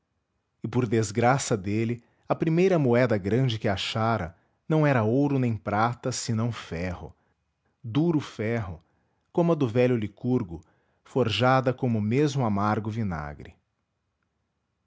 e por desgraça dele a primeira moeda grande que achara não era ouro nem prata senão ferro duro ferro como a do velho licurgo forjada como mesmo amargo vinagre